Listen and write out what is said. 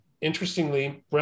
interestingly